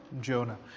Jonah